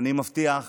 אני מבטיח